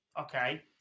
okay